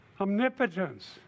omnipotence